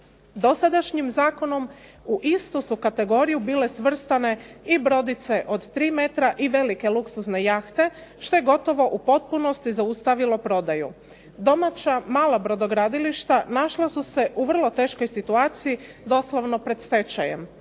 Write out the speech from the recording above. Dosadašnjim zakonom u istu su kategoriju bile svrstane i brodice od tri metra i velike luksuzne jahte, što je gotovo u potpunosti zaustavilo prodaju. Domaća mala brodogradilišta našla su se u vrlo teškoj situaciji doslovno pred stečajem.